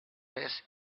miss